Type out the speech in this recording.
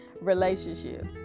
relationship